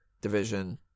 division